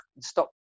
stop